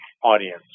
Audience